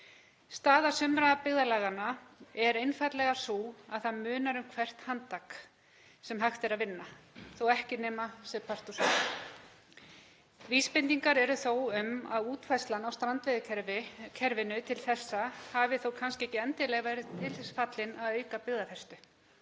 Staða sumra byggðarlaganna er einfaldlega sú að það munar um hvert handtak sem hægt er að vinna, þó ekki væri nema part úr sumri. Vísbendingar eru þó um að útfærslan á strandveiðikerfinu til þessa hafi kannski ekki endilega verið til þess fallin að auka byggðafestu.